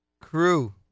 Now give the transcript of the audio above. crew